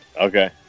Okay